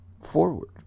forward